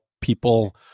people